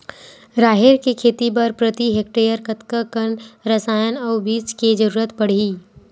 राहेर के खेती बर प्रति हेक्टेयर कतका कन रसायन अउ बीज के जरूरत पड़ही?